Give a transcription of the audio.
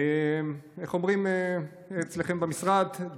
איך אומרים אצלכם במשרד?